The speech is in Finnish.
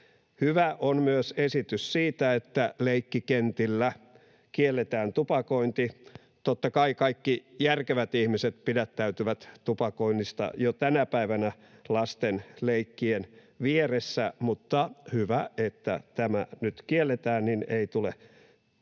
Hyvä on myös esitys siitä, että leikkikentillä kielletään tupakointi. Totta kai kaikki järkevät ihmiset pidättäytyvät tupakoinnista jo tänä päivänä lasten leikkien vieressä, mutta hyvä, että tämä nyt kielletään, niin ei tule turhia